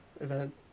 event